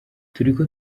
turiko